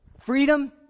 Freedom